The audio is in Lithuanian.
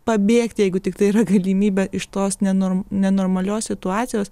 pabėgti jeigu tiktai yra galimybė iš tos nenor nenormalios situacijos